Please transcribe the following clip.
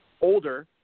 older